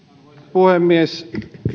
puhemies tämä